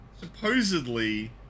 Supposedly